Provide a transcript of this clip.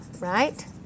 right